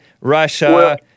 Russia